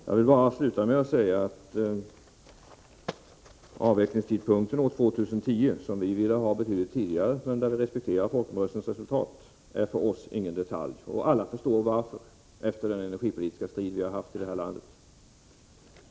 Jag vill bara sluta med att säga att vi för vår del ville att avvecklingen av kärnkraften skulle ske betydligt tidigare än år 2010, men vi respekterar folkomröstningens resultat — detta är för oss ingen detalj, och alla förstår varför, efter den energipolitiska strid vi har haft i det här landet.